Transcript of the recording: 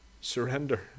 surrender